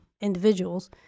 individuals—